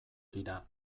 dira